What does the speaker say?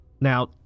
Now